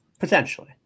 Potentially